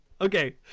okay